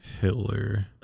Hitler